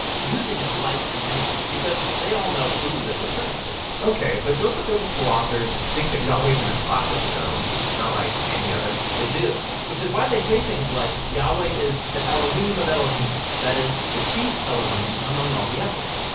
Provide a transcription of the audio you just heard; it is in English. using it like a name because they all know who they are referring to. okay, but don't the biblical authors think that yahweh is in a class of his own, not like any other? they do. which is why they say things like, yahweh is the elohim of elohim. that is, the chief elohim among all the others.